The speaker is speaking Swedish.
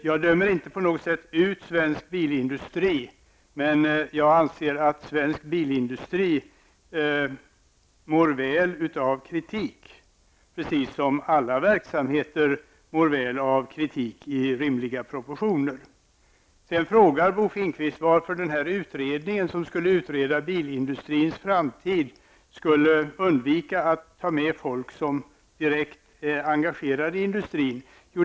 Jag dömer inte på något sätt ut svensk bilindustri, men jag anser att den mår väl av kritik, precis som alla verksamheter mår väl av kritik i rimliga proportioner. Bo Finnkvist frågade varför den utredning som skulle utreda bilindustrins framtid skulle undvika att ta med folk som är direkt engagerade i industrin.